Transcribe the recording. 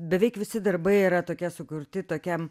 beveik visi darbai yra tokie sukurti tokiam